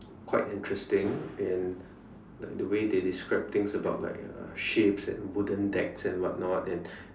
quite interesting and the way they describe the things like ships and wooden decks and what not and